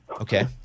Okay